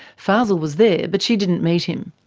fazel was there, but she didn't meet him.